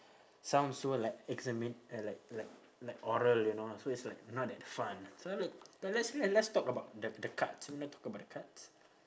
sounds so like exami~ eh like like like oral you know so it's like not that fun so look so let's let's talk about the the cards talk about the cards